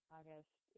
August